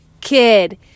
kid